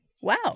Wow